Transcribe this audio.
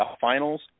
finals